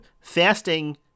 Fasting